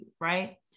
right